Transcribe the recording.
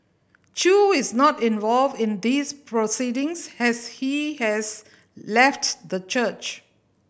Chew is not involved in these proceedings has he has left the church